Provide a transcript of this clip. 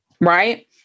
Right